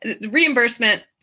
reimbursement